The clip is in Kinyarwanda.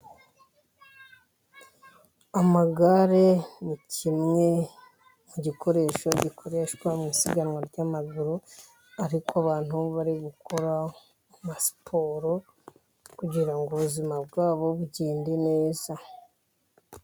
Amagare ni kimwe mu gikoresho gikoreshwa mu isiganwa ry'amagare, ariko abantu bari gukora siporo kugirango ubuzima bwabo bugende neza.